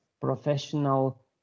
professional